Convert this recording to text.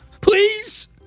Please